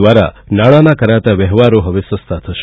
દ્વાાર નાણાના કરાતા વ્યવહારો હવે સસ્તા થશે